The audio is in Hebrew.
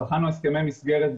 בחנו הסכמי מסגרת באירופה,